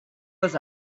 was